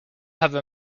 have